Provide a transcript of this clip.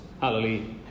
Hallelujah